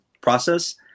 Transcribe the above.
process